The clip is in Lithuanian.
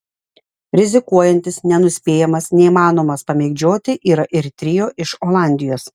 rizikuojantis nenuspėjamas neįmanomas pamėgdžioti yra ir trio iš olandijos